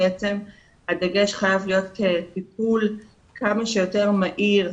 הדגש חייב להיות על טיפול כמה שיותר מהיר,